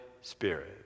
Spirit